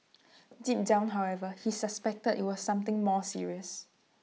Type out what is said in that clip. deep down however he suspected IT was something more serious